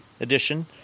edition